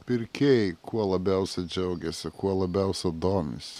pirkėjai kuo labiausia džiaugiasi kuo labiausia domisi